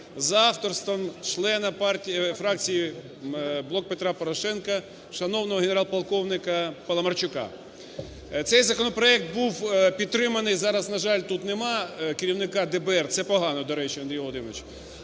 за авторством члена фракції "Блок Петра Порошенка" шановного генерал-полковника Паламарчука. Цей законопроект був підтриманий, зараз, на жаль, тут нема керівника ДБР, це погано, до речі, Андрій Володимирович.